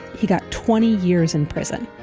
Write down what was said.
he got twenty years in prison.